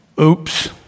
oops